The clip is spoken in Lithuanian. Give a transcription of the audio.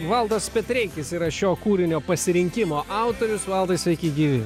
valdas petreikis yra šio kūrinio pasirinkimo autorius valdai sveiki gyvi